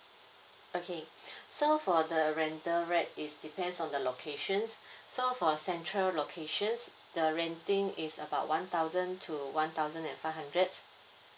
okay so for the rental rate is depends on the locations so for central locations the renting is about one thousand to one thousand and five hundreds